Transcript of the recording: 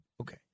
Okay